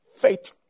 Faith